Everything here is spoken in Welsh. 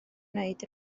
wneud